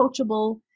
coachable